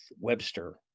Webster